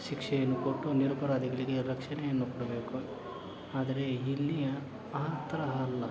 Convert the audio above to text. ಶಿಕ್ಷೆಯನ್ನು ಕೊಟ್ಟು ನಿರಪರಾಧಿಗಳಿಗೆ ರಕ್ಷಣೆಯನ್ನು ಕೊಡಬೇಕು ಆದರೆ ಇಲ್ಲಿಯ ಆ ತರಹ ಅಲ್ಲ